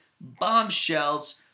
bombshells